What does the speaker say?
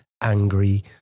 angry